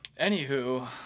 Anywho